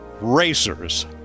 racers